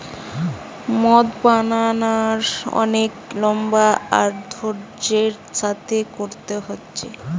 মদ বানানার অনেক লম্বা আর ধৈর্য্যের সাথে কোরতে হচ্ছে